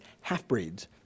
half-breeds